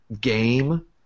game